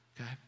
Okay